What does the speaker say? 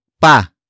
pa